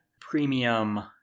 premium